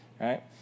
right